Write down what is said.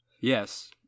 Yes